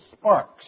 sparks